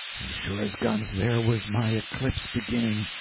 as sure as guns, there was my eclipse beginning!